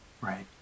Right